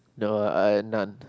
no I non